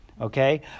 Okay